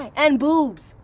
and boobs.